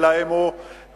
אלא אם הוא רוצה,